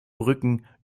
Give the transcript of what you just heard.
brücken